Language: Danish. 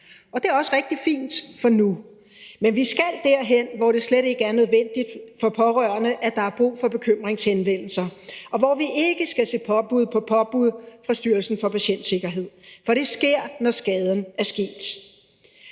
Og det er også rigtig fint for nu. Men vi skal derhen, hvor det slet ikke er nødvendigt for pårørende, at der er brug for bekymringshenvendelser, og hvor vi ikke skal se påbud på påbud fra Styrelsen for Patientsikkerhed – for det sker, når skaden er sket.